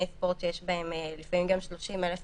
ספורט שיש בהם לפעמים גם 30,000 מקומות,